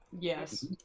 yes